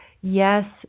Yes